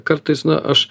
kartais na aš